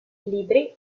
libri